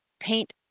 Paint